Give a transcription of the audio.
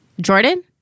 Jordan